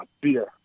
Beer